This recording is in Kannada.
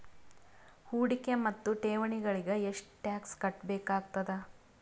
ಹೂಡಿಕೆ ಮತ್ತು ಠೇವಣಿಗಳಿಗ ಎಷ್ಟ ಟಾಕ್ಸ್ ಕಟ್ಟಬೇಕಾಗತದ?